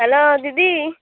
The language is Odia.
ହ୍ୟାଲୋ ଦିଦି